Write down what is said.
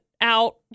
out